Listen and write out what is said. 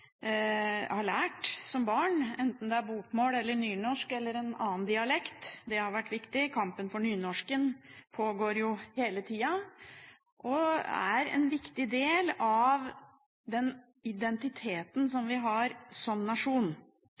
har lært som barn, enten det er bokmål eller nynorsk eller en annen dialekt. Det har vært viktig. Kampen for nynorsken pågår jo hele tida og er en viktig del at den identiteten vi har som nasjon.